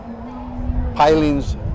pilings